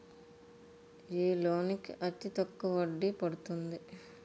ఏ loan కి అతి తక్కువ వడ్డీ పడుతుంది?